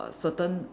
a certain